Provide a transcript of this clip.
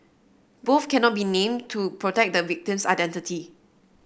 both cannot be named to protect the victim's identity